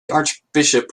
archbishop